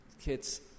kids